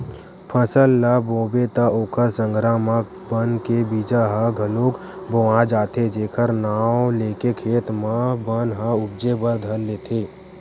फसल ल बोबे त ओखर संघरा म बन के बीजा ह घलोक बोवा जाथे जेखर नांव लेके खेत म बन ह उपजे बर धर लेथे